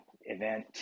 event